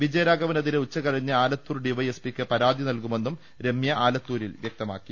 വിജയരാഘവനെതിരെ ഉച്ചകഴിഞ്ഞ് Alathur D Y S പിയ്ക്ക് പരാതി നൽകുമെന്നും രമൃ ആലത്തൂരിൽ വ്യക്തമാക്കി